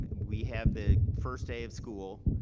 but we have the first day of school,